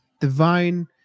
divine